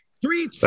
three